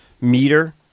meter